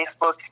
Facebook